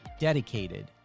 dedicated